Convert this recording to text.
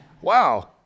wow